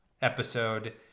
episode